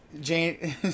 Jane